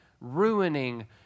ruining